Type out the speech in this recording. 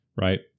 Right